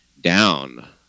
down